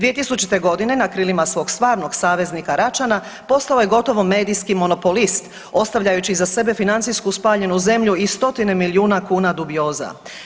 2000. g. na krilima svog stvarnog saveznika Račana, postao je gotovo medijski monopolist, ostavljajući iza sebe financijsku spaljenu zemlju i stotine milijuna kuna dubioza.